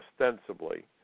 ostensibly